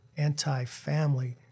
anti-family